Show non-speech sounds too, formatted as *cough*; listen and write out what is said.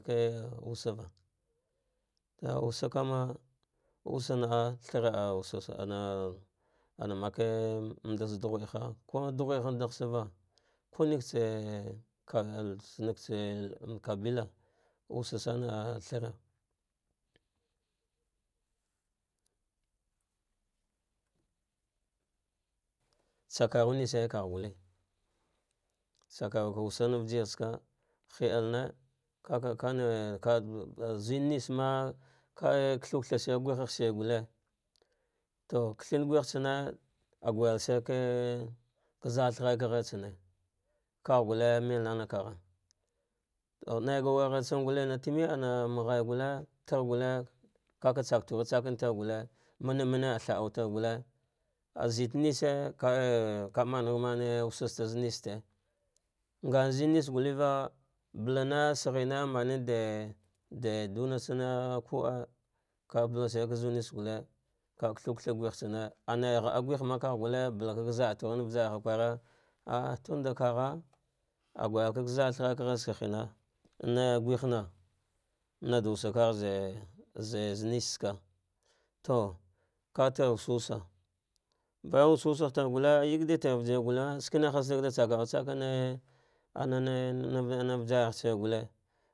Kiwasava *unintelligible* wusa naah thara ah ah ma make mbatitsa du ghedeha make dighede ha dah sava, kunekts a vab nats a lea bilah, wusa sama thara hsakarum nasana kagh gulle isakaruka wusan vijir tsaka he elne vaka kane ka zennesma va ah ka thuw matha shir guhe shir to katham gue hn tsane a guyal shirka za tha ghaya va ka ghartsane, kagh sulle melnana kagha to naiga wurghasane temamagha gulle tar gulle ka ka tsata ru tsaka am lar gulle mana mmene ah tha autar gulle azete neshi kaah ka manu manla wusa ste zaga restene ngaze nishi gulleva ballana shna de de ɗunatsare kuden ka bashir va zu nesh gule kavathau vatha guhe lsane ane ghada guhma vagh gulle balka za thrum vajar hsaka kwara tunda vagha, ah gudayel vara a ghaya va ghatsahina, na ghena nada wusakahze zenestsaka to vata wusu wusa bayana wusu susagh tar gule, yedita vijirsat gulle sakne hate da isakanin tsaka vijisat una ne vajarshin gulle.